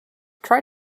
try